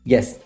Yes